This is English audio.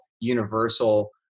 universal